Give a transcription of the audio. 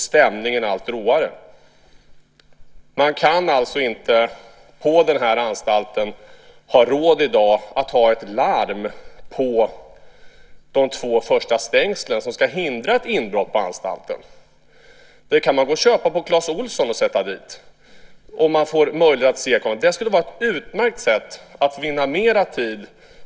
Stämningen blir allt råare. Man har inte på denna anstalt i dag råd att ha ett larm på de två första stängslen som ska hindra ett inbrott på anstalten. Ett sådant kan man gå och köpa på Clas Ohlson och sätta dit. Det skulle vara ett utmärkt sätt att vinna mer tid.